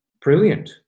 brilliant